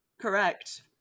Correct